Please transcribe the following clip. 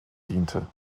diente